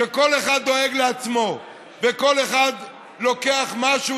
שכל אחד דואג לעצמו וכל אחד לוקח משהו